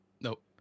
Nope